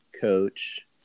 coach